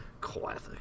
Classic